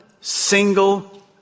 single